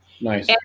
Nice